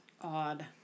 odd